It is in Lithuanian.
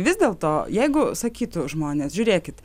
vis dėlto jeigu sakytų žmonės žiūrėkit